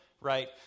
right